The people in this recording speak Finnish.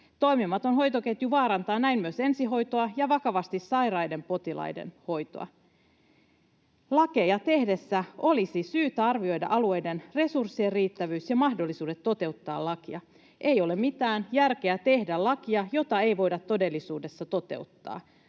Toimimaton hoitoketju vaarantaa näin myös ensihoitoa ja vakavasti sairaiden potilaiden hoitoa. Lakeja tehdessä olisi syytä arvioida alueiden resurssien riittävyys ja mahdollisuudet toteuttaa lakia. Ei ole mitään järkeä tehdä lakia, jota ei voida todellisuudessa toteuttaa.